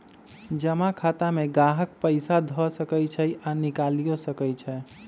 जमा खता में गाहक पइसा ध सकइ छइ आऽ निकालियो सकइ छै